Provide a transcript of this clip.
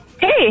Hey